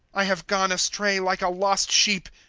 i have gone astray like a lost sheep.